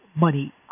money